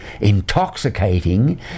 intoxicating